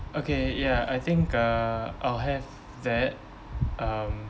okay ya I think uh I'll have that um